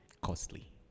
costly